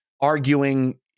arguing